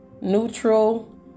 neutral